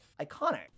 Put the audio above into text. Iconic